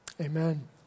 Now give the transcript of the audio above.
amen